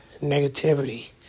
negativity